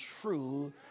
true